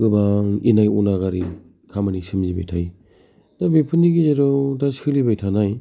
गोबां इनाय अनागारि खामानि सोमजिबाय थायो दा बेफोरनि गेजेराव दा सोलिबाय थानाय